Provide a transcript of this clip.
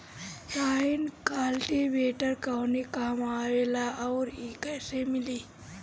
Tine cultivator कवने काम आवेला आउर इ कैसे मिली?